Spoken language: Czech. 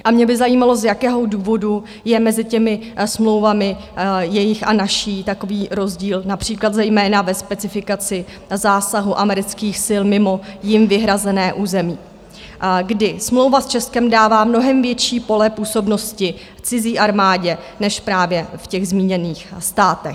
A mě by zajímalo, z jakého důvodu je mezi těmi smlouvami, jejich a naší, takový rozdíl, například zejména ve specifikaci zásahu amerických sil mimo jim vyhrazené území, kdy smlouva s Českem dává mnohem větší pole působnosti cizí armádě než právě v těch zmíněných státech.